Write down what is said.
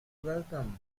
welcome